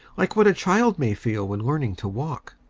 like what a child may feel when learning to walk.